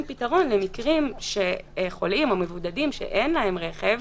פתרון למקרים בהם חולים או מבודדים שאין להם רכב,